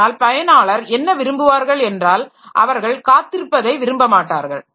ஆனால் பயனாளர் என்ன விரும்புவார்கள் என்றால் அவர்கள் காத்திருப்பதை விரும்பமாட்டார்கள்